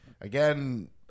Again